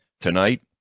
tonight